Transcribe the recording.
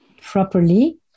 properly